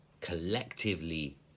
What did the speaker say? collectively